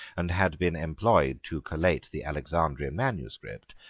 and had been employed to collate the alexandrian manuscript,